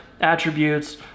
attributes